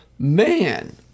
Man